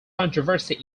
controversy